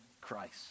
Christ